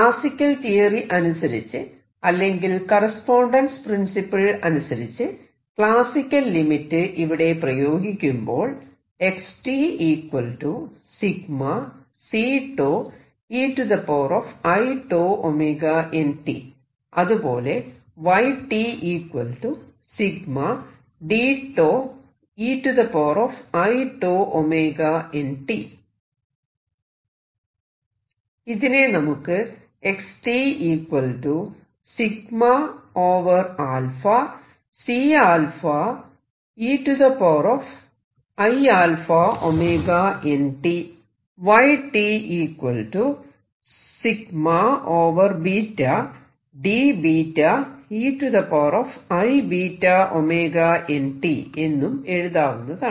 classical theory അനുസരിച്ച് അല്ലെങ്കിൽ correspondence principle അനുസരിച്ച് ക്ലാസിക്കൽ ലിമിറ്റ് ഇവിടെ പ്രയോഗിക്കുമ്പോൾ അതുപോലെ ഇതിനെ നമുക്ക് എന്നും എഴുതാവുന്നതാണ്